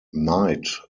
knight